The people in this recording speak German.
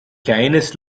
kleines